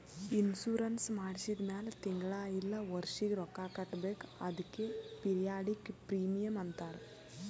insurance ಮಾಡ್ಸಿದ ಮ್ಯಾಲ್ ತಿಂಗಳಾ ಇಲ್ಲ ವರ್ಷಿಗ ರೊಕ್ಕಾ ಕಟ್ಬೇಕ್ ಅದ್ಕೆ ಪಿರಿಯಾಡಿಕ್ ಪ್ರೀಮಿಯಂ ಅಂತಾರ್